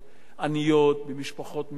במשפחות מרובות ילדים,